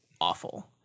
awful